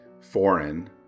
foreign